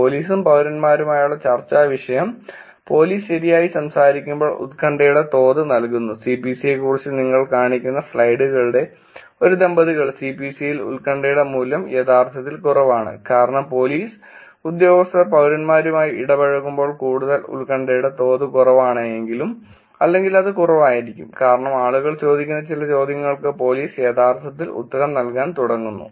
പോലീസും പൌരന്മാരുമായുള്ള ചർച്ചാ വിഷയം പോലീസ് ശരിയായി സംസാരിക്കുമ്പോൾ ഉത്കണ്ഠയുടെ തോത് നൽകുന്നു CPC യെക്കുറിച്ച് നിങ്ങളെ കാണിക്കുന്ന സ്ലൈഡുകളുടെ ഒരു ദമ്പതികൾ CPC യിൽ ഉത്കണ്ഠയുടെ മൂല്യം യഥാർത്ഥത്തിൽ കുറവാണ് കാരണം പോലീസ് ഉദ്യോഗസ്ഥർ പൌരന്മാരുമായി ഇടപഴ കുമ്പോൾ കൂടുതൽ ഉത്കണ്ഠയുടെ തോത് കുറവാണെങ്കിലും അല്ലെങ്കിൽ അത് കുറവായിരിക്കും കാരണം ആളുകൾ ചോദിക്കുന്ന ചില ചോദ്യങ്ങൾക്ക് പോലീസ് യഥാർത്ഥത്തിൽ ഉത്തരം നൽകാൻ തുടങ്ങുന്നു